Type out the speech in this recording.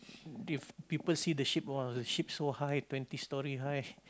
if people see the ship !wah! the ship so high twenty storey high